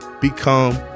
become